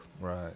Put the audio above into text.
Right